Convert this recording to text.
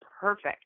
perfect